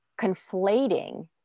conflating